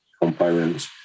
components